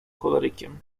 cholerykiem